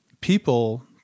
people